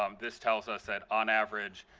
um this tells us that on average,